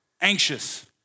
anxious